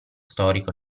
storico